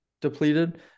depleted